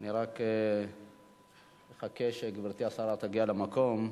אני רק אחכה שגברתי השרה תגיע למקום.